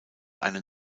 einen